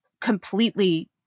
completely